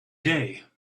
day